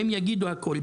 והם יגידו הכל.